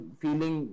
feeling